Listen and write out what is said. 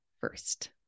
first